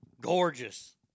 Gorgeous